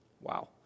Wow